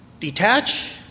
Detach